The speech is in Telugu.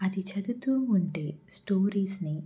అది చదువుతూ ఉంటే స్టోరీస్ని